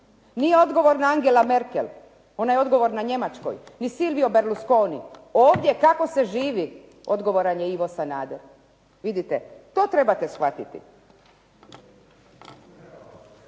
nije odgovorna Angela Merkel, ona je odgovorna Njemačkoj, ni Silvio Berlusconi. Ovdje kako se živi odgovoran je Ivo Sanader. Vidite, to trebate shvatiti.